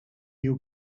you